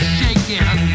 shaking